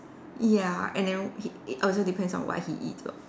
ya and then it it also depends on what he eats lor